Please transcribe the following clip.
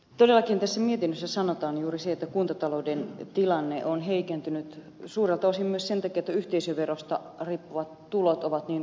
todellakin tässä mietinnössä sanotaan juuri se että kuntatalouden tilanne on heikentynyt suurelta osin myös sen takia että yhteisöverosta riippuvat tulot ovat niin romahtaneet